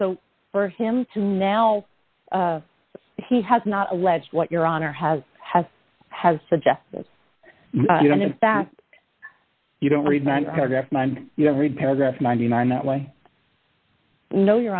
so for him to now he has not alleged what your honor has has has suggested that you don't read my mind every paragraph ninety nine that way no your